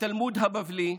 התלמוד הבבלי,